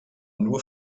nur